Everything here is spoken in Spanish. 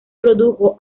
produjo